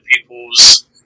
people's